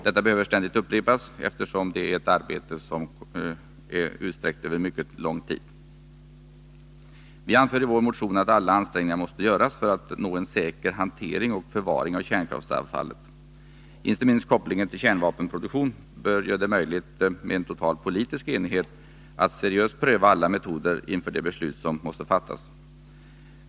Detta behöver ständigt upprepas, eftersom det är ett arbete som är utsträckt över mycket lång tid. Vi anförde i vår motion att alla ansträngningar måste göras för att nå en säker hantering och förvaring av kärnkraftsavfallet. Inte minst kopplingen till kärnvapenproduktion bör göra det möjligt med en total politisk enighet om att seriöst pröva alla metoder inför det beslut som måste fattas.